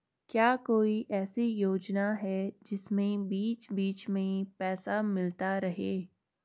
क्या कोई ऐसी योजना है जिसमें बीच बीच में पैसा मिलता रहे?